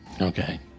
Okay